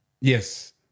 Yes